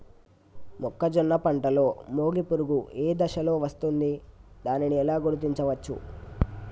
మొక్కజొన్న పంటలో మొగి పురుగు ఏ దశలో వస్తుంది? దానిని ఎలా గుర్తించవచ్చు?